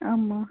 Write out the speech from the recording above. ஆமாம்